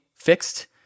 Fixed